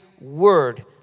word